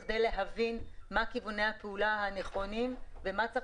כדי להבין מה כיווני הפעולה הנכונים ומה צריך